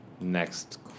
Next